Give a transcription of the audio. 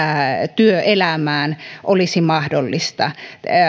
työelämään olisi mahdollista